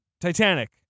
Titanic